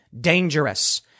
dangerous